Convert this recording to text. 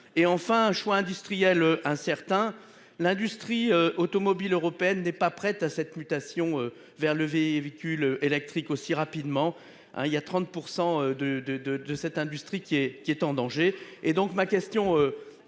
et enfin un choix industriel incertain. L'industrie automobile européenne n'est pas prête à cette mutation vers. Véhicules électriques aussi rapidement hein il y a 30% de de de de cette industrie qui est qui est